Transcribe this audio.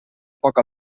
poc